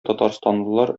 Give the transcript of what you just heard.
татарстанлылар